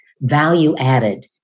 value-added